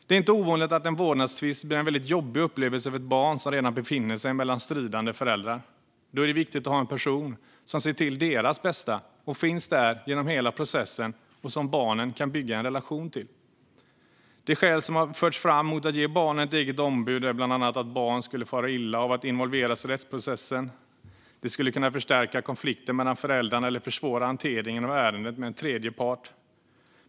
Det är inte ovanligt att en vårdnadstvist blir en väldigt jobbig upplevelse för ett barn som redan befinner sig mellan stridande föräldrar. Då är det viktigt att ha en person som ser till barnets bästa och finns där genom hela processen och som barnet kan bygga en relation till. De skäl som har förts fram mot att ge barnet ett eget ombud är bland annat att barnet skulle fara illa av att involveras i rättsprocessen och att det skulle kunna förstärka konflikten mellan föräldrarna eller försvåra hanteringen av ärendet med en tredje part.